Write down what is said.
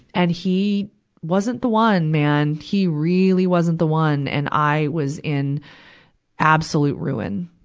and he wasn't the one, man. he really wasn't the one. and i was in absolute ruin.